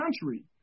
country